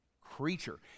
creature